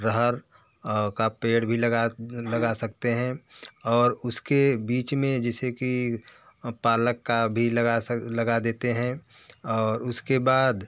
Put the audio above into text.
रहर का पेड़ भी लगा लगा सकते हैं और उस के बीच में जैसे कि पालक का भी लगा सक लगा देते हैं और उसके बाद